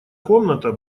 комната